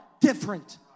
different